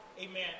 Amen